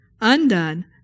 undone